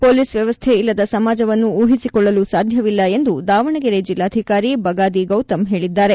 police ವ್ಯವಸ್ಥೆ ಇಲ್ಲದ ಸಮಾಜವನ್ನು ಊಹಿಸಿಕೊಳ್ಳಲು ಸಾಧ್ಯವಿಲ್ಲ ಎಂದು ದಾವಣಗೆರೆ ಜಿಲ್ಲಾಧಿಕಾರಿ ಬಗಾದಿ ಗೌತಮ್ ಹೇಳಿದ್ದಾರೆ